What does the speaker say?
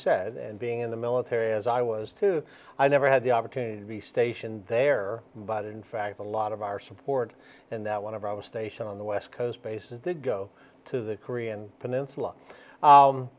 said and being in the military as i was to i never had the opportunity to be stationed there but in fact a lot of our support in that one of i was stationed on the west coast bases that go to the korean peninsula